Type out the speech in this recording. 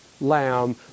lamb